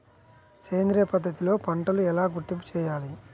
సేంద్రియ పద్ధతిలో పంటలు ఎలా గుర్తింపు చేయాలి?